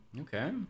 Okay